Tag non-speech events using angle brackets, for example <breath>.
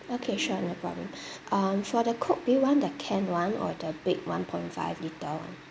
okay sure no problem <breath> um for the coke do you want the can one or the big one point five litre one